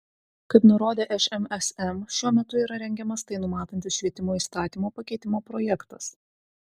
kaip nurodė šmsm šiuo metu yra rengiamas tai numatantis švietimo įstatymo pakeitimo projektas